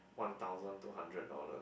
one thousand two hundred dollars